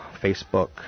Facebook